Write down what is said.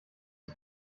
die